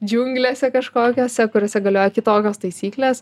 džiunglėse kažkokiose kuriose galioja kitokios taisyklės